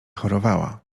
chorowała